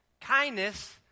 kindness